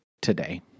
today